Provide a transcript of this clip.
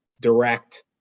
direct